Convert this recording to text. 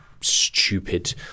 stupid